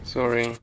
Sorry